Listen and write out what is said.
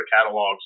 catalogs